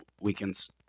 weekends